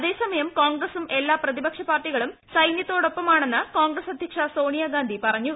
അതേസമയം കോൺഗ്രസും എല്ലാ പ്രതിപക്ഷപാർട്ടികളും സൈനൃത്തോടൊപ്പമാണെന്ന് കോൺഗ്രസ് അദ്ധ്യക്ഷ സോണിയാഗന്ധി പറഞ്ഞു